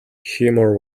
humour